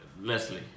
Leslie